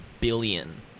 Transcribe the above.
billion